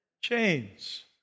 Chains